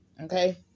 Okay